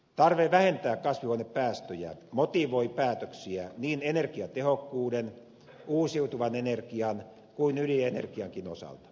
tarve vähentää kasvihuonekaasupäästöjä motivoi päätöksiä niin energiatehokkuuden uusiutuvan energian kuin ydinenergiankin osalta